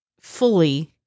fully